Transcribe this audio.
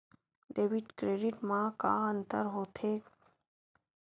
Debit credit मा का अंतर होत हे?